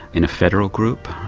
in a federal group,